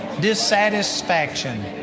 dissatisfaction